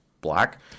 black